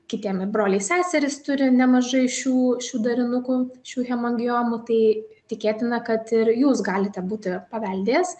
kitiem broliai seserys turi nemažai šių šių darinukų šių hemangiomų tai tikėtina kad ir jūs galite būti paveldėjęs